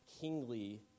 kingly